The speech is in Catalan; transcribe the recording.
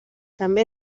també